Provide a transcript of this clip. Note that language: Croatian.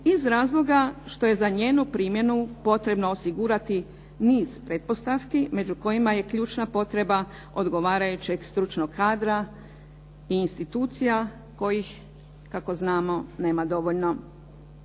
iz razloga što je za njenu primjenu potrebno osigurati niz pretpostavki među kojima je i ključna potreba odgovarajućeg stručnog kadra i institucija kojih, kako znamo nema dovoljno.